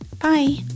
Bye